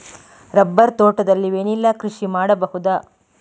Rubber ತೋಟದಲ್ಲಿ vanilla ಕೃಷಿ ಮಾಡಬಹುದಾ?